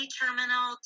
terminal